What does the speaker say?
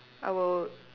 I will